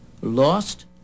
lost